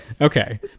okay